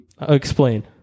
Explain